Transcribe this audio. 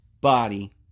body